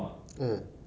eh